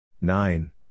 Nine